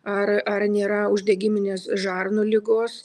ar ar nėra uždegiminės žarnų ligos